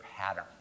pattern